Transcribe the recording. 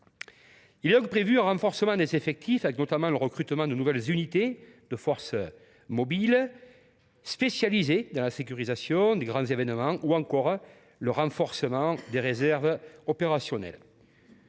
Il est donc prévu de renforcer les effectifs, notamment le recrutement de nouvelles unités de force mobile, spécialisées dans la sécurisation des grands événements, ou encore d’augmenter ceux des réserves opérationnelles.